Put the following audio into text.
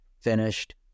finished